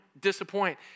disappoint